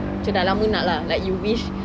macam dah lama nak lah like you wish